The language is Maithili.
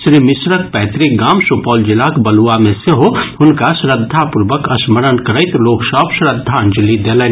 श्री मिश्रक पैतृक गाम सुपौल जिलाक बलुआ मे सेहो हुनका श्रद्धापूर्वक स्मरण करैत लोक सभ श्रद्धांजलि देलनि